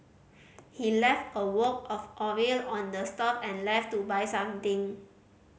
he left a wok of oil on the stove and left to buy something